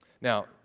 Now